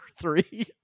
three